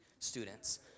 Students